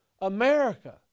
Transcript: America